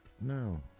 No